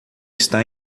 está